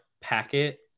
packet